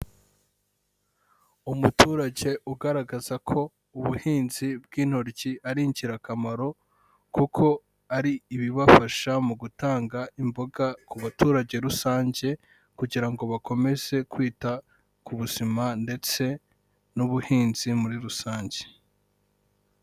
Umuturage ugaragaza ko ubuhinzi bw'intoryi ari ingirakamaro, kuko ari ibibafasha mu gutanga imboga ku baturage rusange kugira ngo bakomeze kwita ku buzima ndetse n'ubuhinzi muri rusange.